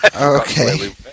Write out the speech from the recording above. Okay